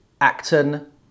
Acton